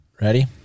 Ready